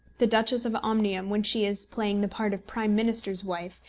the duchess of omnium, when she is playing the part of prime minister's wife,